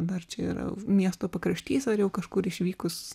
dar čia yra miesto pakraštys ar kažkur išvykus